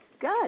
Good